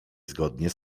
zgodnie